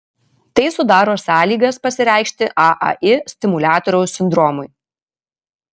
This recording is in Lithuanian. tai sudaro sąlygas pasireikšti aai stimuliatoriaus sindromui